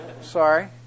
Sorry